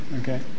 Okay